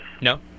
No